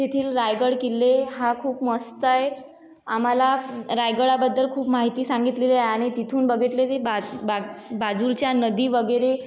तेथील रायगड किल्ले हा खूप मस्त आहे आम्हाला रायगडाबद्दल खूप माहिती सांगितलेली आहे आणि तिथून बघितले ती बा बा बाजूच्या नदी वगैरे